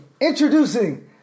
introducing